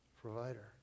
provider